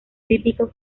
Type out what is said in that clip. típico